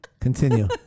Continue